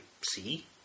see